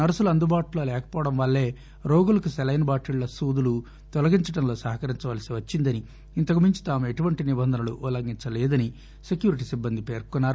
నర్పులు అందుబాటులో లేకపోవడం వల్లే రోగులకు సెలైన్ బాటిళ్ల సూదలను తొలగించడంలో సహకరించవలసి వచ్చిందని ఇంతకుమించి తాము ఎటువంటి నిబంధనలను ఉల్లంఘించలేదని సెక్యూరిటి సిబ్బంది పేర్కొన్నారు